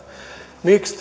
miksi